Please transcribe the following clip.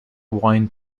wine